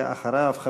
ואחריו,